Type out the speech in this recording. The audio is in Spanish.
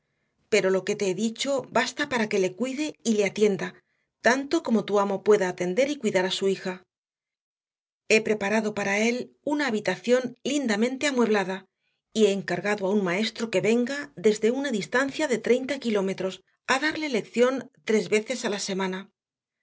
pero lo que te he dicho basta para que le cuide y le atienda tanto como tu amo pueda atender y cuidar a su hija he preparado para él una habitación lindamente amueblada y he encargado a un maestro que venga desde una distancia de treinta kilómetros a darle lección tres veces a la semana